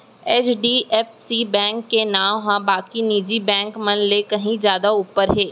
HDFC bank के नांव ह बाकी निजी बेंक मन ले कहीं जादा ऊपर हे